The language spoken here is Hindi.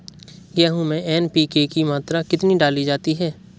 गेहूँ में एन.पी.के की मात्रा कितनी डाली जाती है?